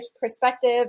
perspective